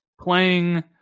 playing